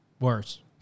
worse